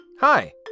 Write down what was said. Hi